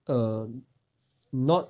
err not